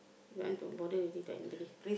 don't want to bother already